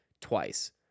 twice